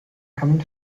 kamin